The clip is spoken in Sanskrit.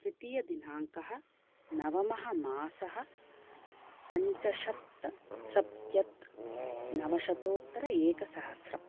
तृतीयदिनाङ्कः नवमः मासः पञ्चशप्तसप्तत् नवशतोत्तर एकसहस्रं